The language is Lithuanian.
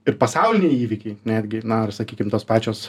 ir pasauliniai įvykiai netgi na ir sakykim tos pačios